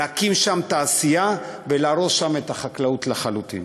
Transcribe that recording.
להקים שם תעשייה ולהרוס שם את החקלאות לחלוטין.